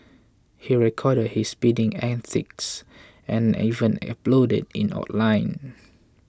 he recorded his speeding antics and even uploaded it online